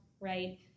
right